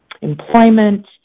employment